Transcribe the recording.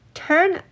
turn